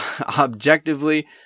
objectively